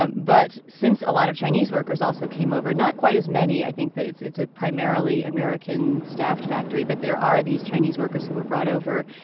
um but since a lot of chinese workers also came over not quite as many i think that it's it's a primarily american staffed factory. but there are these chinese workers who were brought over.